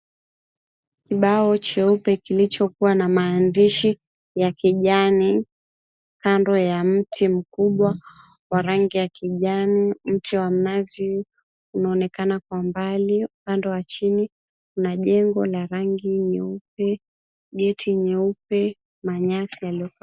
Kibao cheupe kilichokuwa na maandishi ya kijani kando ya mti mkubwa wa rangi ya kijani. Mti wa mnazi unaonekana kwa mbali, upande wa chini kuna jengo la rangi nyeupe, geti nyeupe, manyasi yaliyokijani.